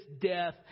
death